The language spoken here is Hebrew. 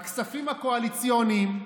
הכספים הקואליציוניים,